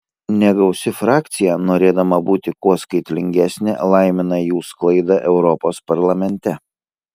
negausi frakcija norėdama būti kuo skaitlingesnė laimina jų sklaidą europos parlamente